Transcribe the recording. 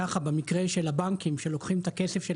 ככה במקרה של הבנקים שלוקחים את הכסף של